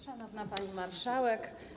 Szanowna Pani Marszałek!